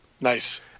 Nice